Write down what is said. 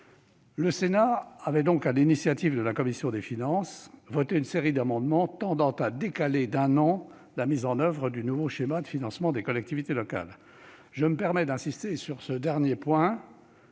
Le Sénat avait donc, sur l'initiative de la commission des finances, voté une série d'amendements tendant à décaler d'un an la mise en oeuvre du nouveau schéma de financement des collectivités locales. Je me permets d'insister sur ce dernier point